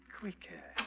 quicker